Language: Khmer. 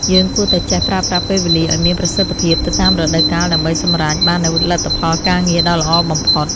យើងគួរតែចេះប្រើប្រាស់ពេលវេលាឱ្យមានប្រសិទ្ធភាពទៅតាមរដូវកាលដើម្បីសម្រេចបាននូវលទ្ធផលការងារដ៏ល្អបំផុត។